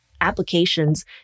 applications